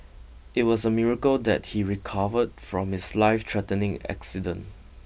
it was a miracle that he recovered from his life threatening accident